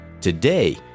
Today